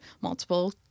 multiple